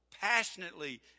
passionately